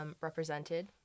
represented